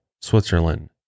Switzerland